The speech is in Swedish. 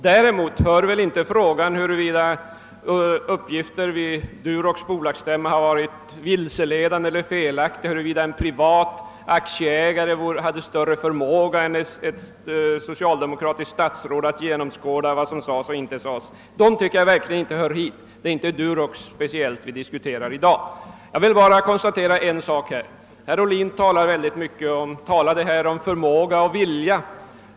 Däremot tycker jag verkligen inte att det hör hit huruvida uppgifter som lämnats vid Durox” bolagsstämma varit vilseledande eller felaktiga eller huruvida en privat aktieägare skulle ha haft större möjligheter än ett socialdemokratiskt statsråd att genomskåda hur det förhöll sig. Det är inte speciellt Durox vi diskuterar i dag. Herr Ohlin talade mycket om förmåga och vilja.